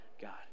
God